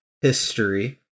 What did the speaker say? history